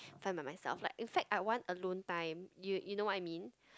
fine by myself like in fact I want alone time you you know what I mean